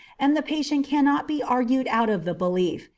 and the patient cannot be argued out of the belief,